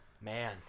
man